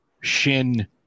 Shin